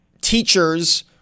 teachers